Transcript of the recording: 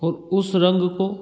और उस रंग को